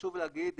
חשוב להגיד,